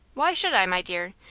why should i, my dear?